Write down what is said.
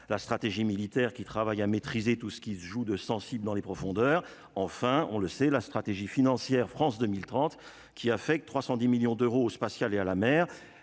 la stratégie militaire, qui travaille à maîtriser tout ce qui se joue de Sensible dans les profondeurs, enfin, on le sait, la stratégie financière, France 2030, qui a fait que 310 millions d'euros spatial et à la mer,